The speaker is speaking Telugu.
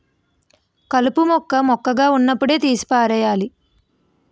కలుపు మొక్క మొక్కగా వున్నప్పుడే తీసి పారెయ్యాలి